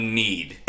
need